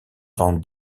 van